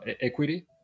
equity